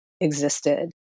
existed